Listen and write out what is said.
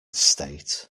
state